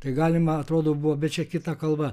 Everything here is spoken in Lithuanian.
tai galima atrodo buvo bet čia kita kalva